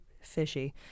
fishy